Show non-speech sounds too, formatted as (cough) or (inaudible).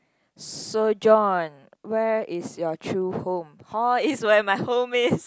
so John where is your true home hall is (laughs) where my home is